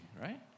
right